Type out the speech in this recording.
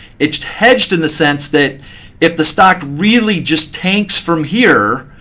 it's hedged in the sense that if the stock really just tanks from here,